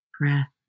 breath